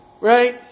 Right